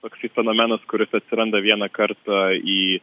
toksai fenomenas kuris atsiranda vieną kartą į